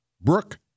Brooke